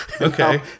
Okay